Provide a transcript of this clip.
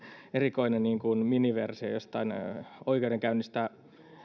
erikoinen niin kuin miniversio jostain oikeudenkäynnistä